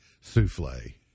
souffle